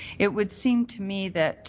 it would seem to me that